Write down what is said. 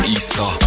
Easter